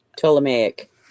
Ptolemaic